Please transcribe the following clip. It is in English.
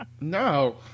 No